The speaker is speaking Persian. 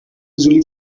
فضولی